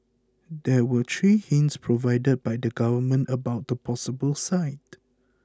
there were three hints provided by the government about the possible site